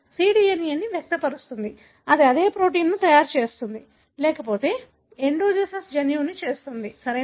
cDNA వ్యక్తపరుస్తుంది అది అదే ప్రోటీన్ను తయారు చేస్తుంది లేకపోతే ఎండోజెనస్ జన్యువు చేస్తుంది సరేనా